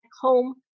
home